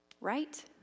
right